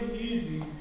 easy